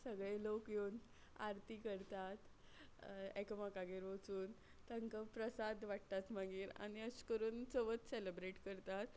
सगळे लोक येवन आरती करतात एकामेकागेर वचून तांकां प्रसाद वांट्टात मागीर आनी अशें करून चवथ सॅलब्रेट करतात